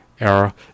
era